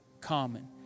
common